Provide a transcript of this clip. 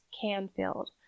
Canfield